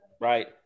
Right